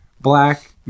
black